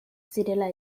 zirela